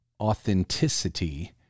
authenticity